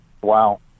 Wow